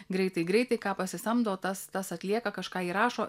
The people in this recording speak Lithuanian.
greitai greitai ką pasisamdo tas tas atlieka kažką įrašo